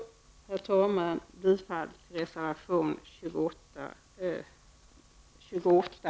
Jag yrkar bifall till reservationerna 28